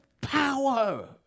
power